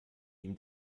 ihm